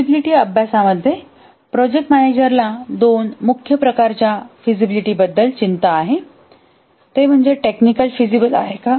feasibility अभ्यासामध्ये project मॅनेजराला दोन मुख्य प्रकारच्या फिजीबिलिटीबद्दल चिंता आहे ते टेक्निकली फिजिबल आहे का